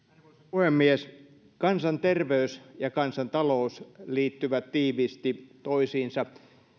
puhemies kansanterveys ja kansantalous liittyvät tiiviisti toisiinsa